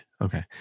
okay